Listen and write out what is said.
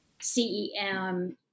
CEM